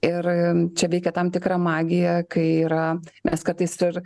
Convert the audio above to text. ir čia veikia tam tikra magija kai yra mes kartais ir